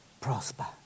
prosper